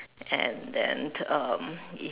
and then um it